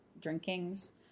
drinkings